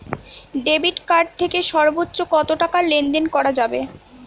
Debit card থেকে সর্বোচ্চ কত টাকা লেনদেন করা যাবে?